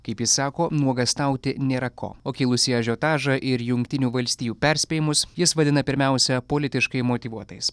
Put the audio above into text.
kaip jis sako nuogąstauti nėra ko o kilusį ažiotažą ir jungtinių valstijų perspėjimus jis vadina pirmiausia politiškai motyvuotais